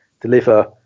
deliver